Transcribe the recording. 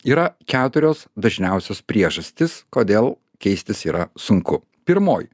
yra keturios dažniausios priežastys kodėl keistis yra sunku pirmoji